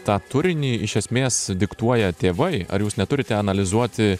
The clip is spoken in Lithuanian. tą turinį iš esmės diktuoja tėvai ar jūs neturite analizuoti